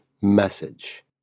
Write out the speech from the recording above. message